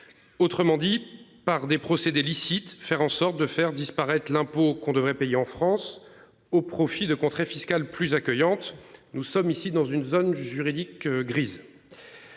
Autrement dit par des procédés licite, faire en sorte de faire disparaître l'impôt qu'on devrait payer en France au profit de contrer fiscal plus accueillante. Nous sommes ici dans une zone du juridique grise.--